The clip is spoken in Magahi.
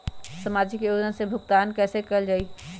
सामाजिक योजना से भुगतान कैसे कयल जाई?